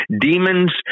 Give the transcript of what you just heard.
Demons